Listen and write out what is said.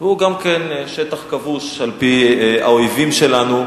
הוא גם כן שטח כבוש על-פי האויבים שלנו,